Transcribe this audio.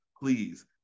please